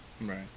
right